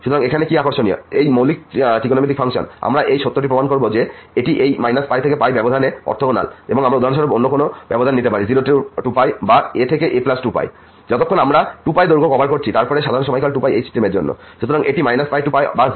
সুতরাং এখানে কি আকর্ষণীয় এই মৌলিক ত্রিকোণমিতিক ফাংশন আমরা এই সত্যটি প্রমাণ করব যে এটি এই π πব্যবধান এ অর্থগোনাল বা আমরা উদাহরণস্বরূপ অন্য কোন ব্যবধান নিতে পারি 0 2π বা a a 2π যতক্ষণ আমরা 2π দৈর্ঘ্য কভার করছি তারপরে সাধারণ সময় হল 2π এই সিস্টেমের জন্য